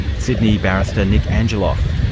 sydney barrister, nic angelov.